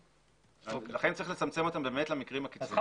לכן צריך לצמצם אותם למקרים הקיצוניים.